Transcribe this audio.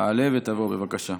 תעלה ותבוא, בבקשה.